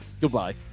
Goodbye